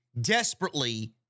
desperately